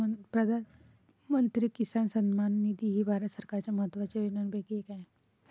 प्रधानमंत्री किसान सन्मान निधी ही भारत सरकारच्या महत्वाच्या योजनांपैकी एक आहे